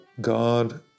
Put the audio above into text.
God